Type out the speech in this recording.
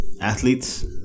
Athletes